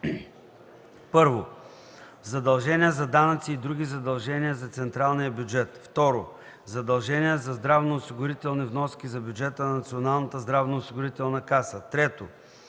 1. задължения за данъци и други задължения за централния бюджет; 2. задължения за здравноосигурителни вноски за бюджета на Националната здравноосигурителна каса; 3.